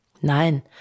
Nein